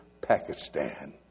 pakistan